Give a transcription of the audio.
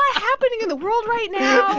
happening in the world right now.